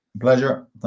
Pleasure